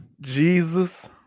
Jesus